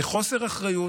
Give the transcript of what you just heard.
זה חוסר אחריות.